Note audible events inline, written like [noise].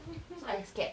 [laughs]